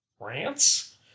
France